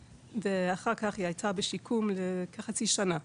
ואחר כך היא הייתה בשיקום חצי שנה.